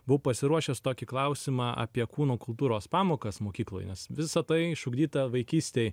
buvau pasiruošęs tokį klausimą apie kūno kultūros pamokas mokykloj nes visa tai išugdyta vaikystėj